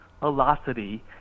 velocity